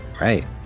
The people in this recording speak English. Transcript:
Right